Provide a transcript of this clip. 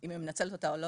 - אם היא מנצלת אותה או לא,